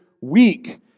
weak